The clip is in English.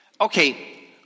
Okay